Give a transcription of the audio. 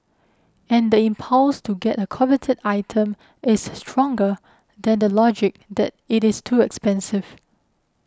and the impulse to get a coveted item is stronger than the logic that it is too expensive